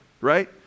right